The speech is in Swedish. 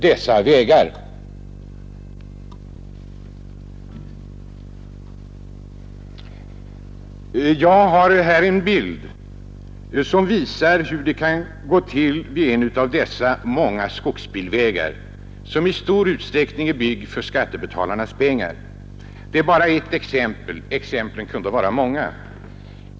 Av den bild som jag nu visar på den interna TV-skärmen framgår hur det går till vid en av dessa många vägar, som i stor utsträckning är byggd för skattebetalarnas pengar. Detta är endast ett exempel — det finns många.